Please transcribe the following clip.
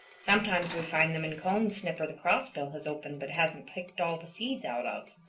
sometimes we find them in cones snipper the crossbill has opened but hasn't picked all the seeds out of.